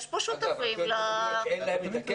יש פה שותפים לתוכנית.